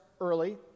early